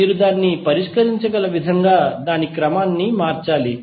మీరు దాన్ని పరిష్కరించగల విధంగా దాని క్రమాన్ని మార్చాలి